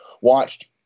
watched